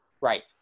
right